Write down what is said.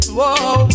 Whoa